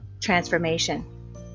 transformation